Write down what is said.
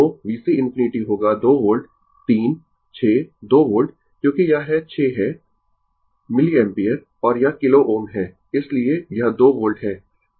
तो VC ∞ होगा 2 volt 3 6 2 volt क्योंकि यह है 6 है मिलिएम्पियर और यह किलो Ω है इसलिए यह 2 वोल्ट है